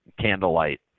Candlelight